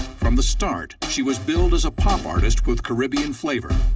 from the start, she was billed as a pop artist with caribbean flavor.